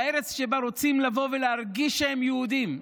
הארץ שבה רוצים לבוא ולהרגיש שהם יהודים.